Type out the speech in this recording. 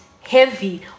heavy